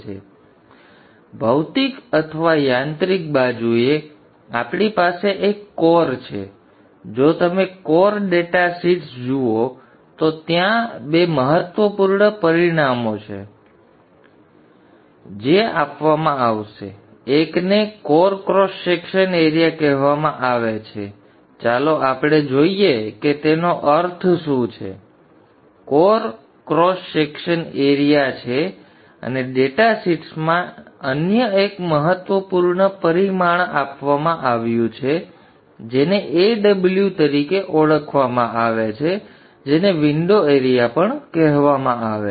હવે ભૌતિક અથવા યાંત્રિક બાજુએ આપણી પાસે એક કોર છે અને જો તમે કોર ડેટા શીટ્સ જુઓ તો ત્યાં બે મહત્વપૂર્ણ પરિમાણો છે જે આપવામાં આવશે એકને કોર ક્રોસ સેક્શન એરિયા કહેવામાં આવે છે ચાલો આપણે જોઈએ કે તેનો અર્થ શું છે આ કોર ક્રોસ સેક્શન એરિયા છે અને ડેટા શીટ્સમાં અન્ય એક મહત્વપૂર્ણ પરિમાણ આપવામાં આવ્યું છે જેને Aw તરીકે ઓળખવામાં આવે છે જેને વિંડો એરિયા પણ કહેવામાં આવે છે